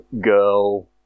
girl